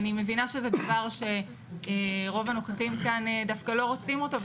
אני מבינה שזה דבר שרוב הנוכחים כאן דווקא לא רוצים אותו,